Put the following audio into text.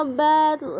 bad